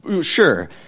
Sure